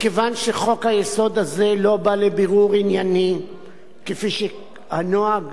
מכיוון שחוק-היסוד הזה לא בא לבירור ענייני כפי שהנוהג